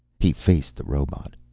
he faced the robot.